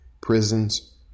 prisons